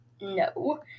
no